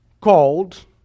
called